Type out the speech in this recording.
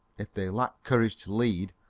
if they lacked courage to lead,